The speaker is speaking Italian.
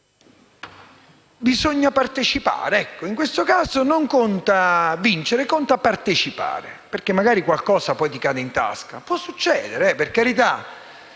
bisogna partecipare. In questo caso non conta vincere ma partecipare, perché magari qualcosa poi ti cade in tasca. Per carità,